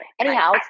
Anyhow